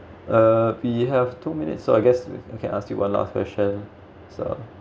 uh we have two minutes so I guess I can ask you one last question so